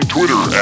Twitter